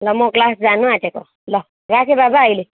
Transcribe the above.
ल म क्लास जानु आँटेको ल राखेँ बाबा अहिले